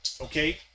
okay